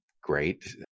great